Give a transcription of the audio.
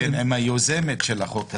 ניהלתי יחד עם היוזמת של החוק הזה,